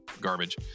garbage